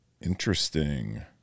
Interesting